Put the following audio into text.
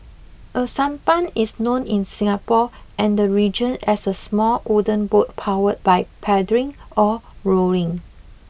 a sampan is known in Singapore and the region as a small wooden boat powered by paddling or rowing